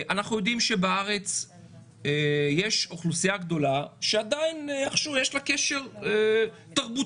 אנחנו יודעים שבארץ יש אוכלוסייה גדולה שעדיין איכשהו יש לה קשר תרבותי